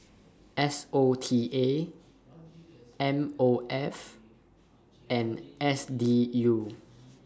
S O T A M O F and S D U